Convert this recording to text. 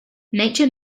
nature